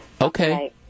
okay